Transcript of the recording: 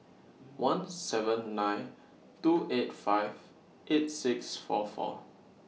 one seven nine two eight five eight six four four